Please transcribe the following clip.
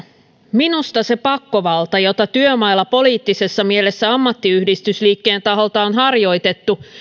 minusta se pakkovalta jota työmailla poliittisessa mielessä ammattiyhdistysliikkeen taholta on harjoitettu